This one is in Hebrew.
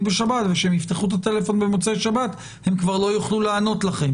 בשבת וכשהם יפתחו את הטלפון במוצאי שבת הם כבר לא יוכלו לענות לכם.